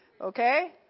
Okay